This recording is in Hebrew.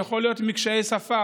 יכול להיות מקשיי שפה,